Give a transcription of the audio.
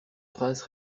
prince